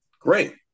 Great